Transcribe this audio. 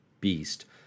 Beast